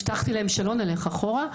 הבטחתי להם שלא נלך אחורה,